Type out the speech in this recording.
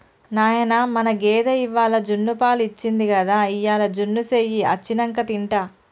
నాయనా మన గేదె ఇవ్వాల జున్నుపాలు ఇచ్చింది గదా ఇయ్యాల జున్ను సెయ్యి అచ్చినంక తింటా